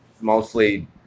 mostly